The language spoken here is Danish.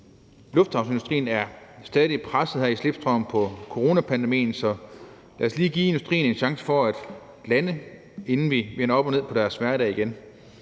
luftfartsindustrien er stadig presset her i slipstrømmen af coronapandemien, så lad os lige give industrien en chance for at lande, inden vi vender op og ned på deres hverdag igen.